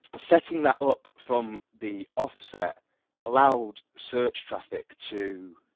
setting that up from the offset allowed search traffic to,